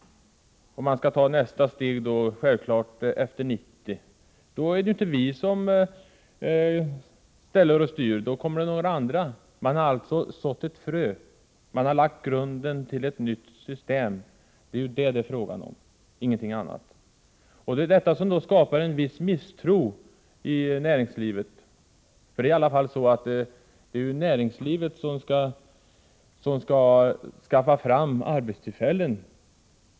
Nästa steg skall självfallet tas efter år 1990. Då är det inte vi som styr och ställer, utan det är andra som gör det. Man har sått ett frö och lagt grunden för ett nytt system — det är det som det är fråga om, ingenting annat. Det är detta som skapar en viss misstro inom näringslivet. Det är trots allt näringslivet som skall skaffa fram arbetstillfällen.